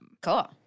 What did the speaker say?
Cool